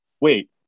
wait